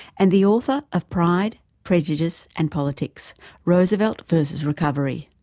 and the author of pride, prejudice and politics roosevelt versus recovery'.